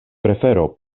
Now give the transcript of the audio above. prefero